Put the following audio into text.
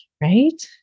right